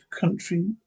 country